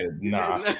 Nah